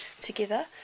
together